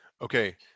Okay